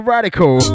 Radical